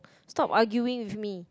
stop arguing with me